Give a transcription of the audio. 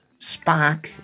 Spock